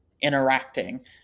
interacting